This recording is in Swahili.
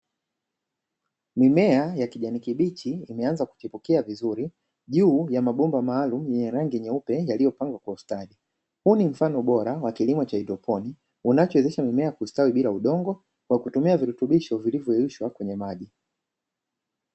Mimea ya kijani kibichi imeanza kuchipukia vizuri juu ya mabomba maalumu ya rangi nyeupe yaliyopangwa kwa ustadi, huu ni mfano bora wa kilimo cha haidroponi unachowezesha mmea kustawi bila kutumia udongo kwa kutumia virutubisho vilivyo yeyushwa kwenye maji.